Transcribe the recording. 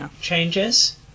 changes